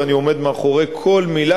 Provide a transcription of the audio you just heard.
ואני עומד מאחורי כל מלה,